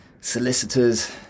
solicitors